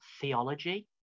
theology